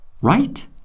right